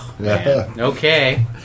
Okay